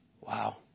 Wow